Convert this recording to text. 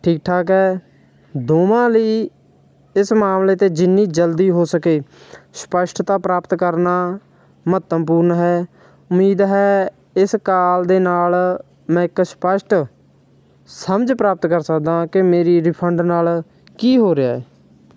ਠੀਕ ਠਾਕ ਹੈ ਦੋਵਾਂ ਲਈ ਇਸ ਮਾਮਲੇ 'ਤੇ ਜਿੰਨੀ ਜਲਦੀ ਹੋ ਸਕੇ ਸਪਸ਼ਟਤਾ ਪ੍ਰਾਪਤ ਕਰਨਾ ਮਹੱਤਵਪੂਰਨ ਹੈ ਉਮੀਦ ਹੈ ਇਸ ਕਾਲ ਦੇ ਨਾਲ ਮੈਂ ਇੱਕ ਸਪਸ਼ਟ ਸਮਝ ਪ੍ਰਾਪਤ ਕਰ ਸਕਦਾ ਵਾ ਕਿ ਮੇਰੀ ਰਿਫੰਡ ਨਾਲ ਕੀ ਹੋ ਰਿਹਾ